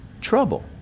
trouble